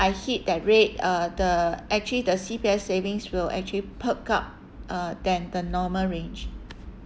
I hit that rate uh the actually the C_P_F savings will actually perk up uh than the normal range